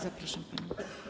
Zapraszam panią.